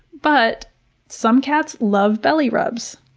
but some cats love belly rubs,